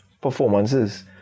Performances